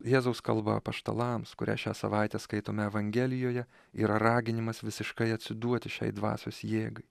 jėzaus kalba apaštalams kurią šią savaitę skaitome evangelijoje yra raginimas visiškai atsiduoti šiai dvasios jėgai